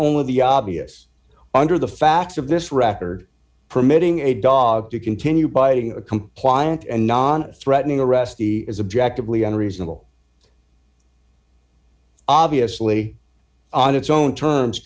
with the obvious under the facts of this record permitting a dog to continue biting a compliant and non threatening arrestee is objective we unreasonable obviously on its own terms